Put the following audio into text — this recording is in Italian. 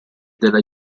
della